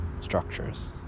structures